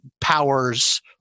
powers